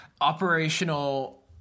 Operational